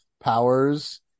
powers